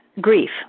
grief